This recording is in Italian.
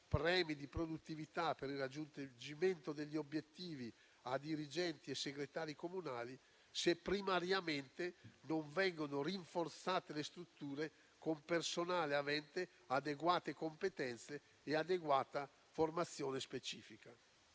premi di produttività per il raggiungimento degli obiettivi a dirigenti e segretari comunali, se primariamente non vengono rinforzate le strutture con personale avente adeguate competenze e formazione specifica.